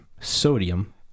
sodium